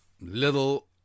little